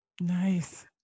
Nice